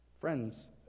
Friends